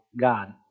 God